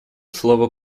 слова